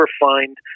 find